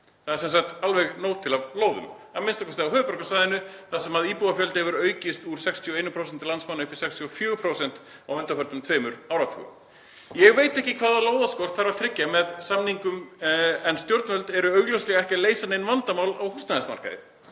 Það er sem sagt alveg nóg til af lóðum, a.m.k. á höfuðborgarsvæðinu þar sem íbúafjöldi hefur aukist úr 61% landsmanna upp í 64% á undanförnum tveimur áratugum. Ég veit ekki hvaða lóðaframboð þarf að tryggja með samningum en stjórnvöld eru augljóslega ekki að leysa nein vandamál á húsnæðismarkaði.